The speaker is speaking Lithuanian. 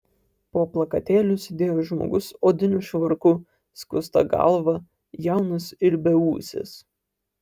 po plakatėliu sėdėjo žmogus odiniu švarku skusta galva jaunas ir beūsis